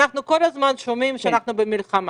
אנחנו כל הזמן שומעים שאנחנו במלחמה.